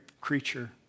creature